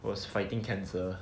was fighting cancer